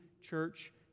church